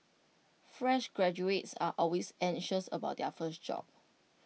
fresh graduates are always anxious about their first job